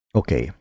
okay